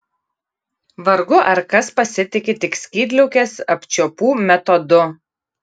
vargu ar kas pasitiki tik skydliaukės apčiuopų metodu